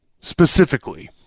specifically